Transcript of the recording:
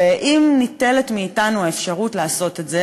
ואם ניטלת מאתנו האפשרות לעשות את זה,